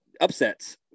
upsets